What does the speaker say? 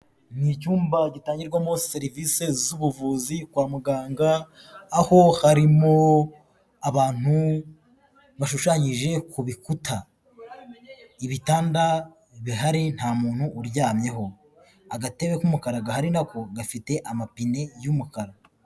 Ni icyumba gitangirwamo serivise z'ubuvuzi kwa muganga, aho harimo abantu bashushanyije ku bikuta, ibitanda bihari nta muntu uryamyeho, agatebe k'umukara gahari na ko gafite amapine y'umukara.